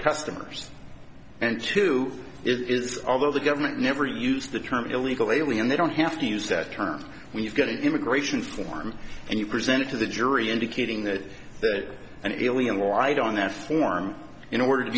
customers and to is although the government never used the term illegal alien they don't have to use that term when you've got an immigration form and you present it to the jury indicating that and ileum white on that form in order to